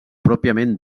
pròpiament